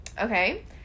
Okay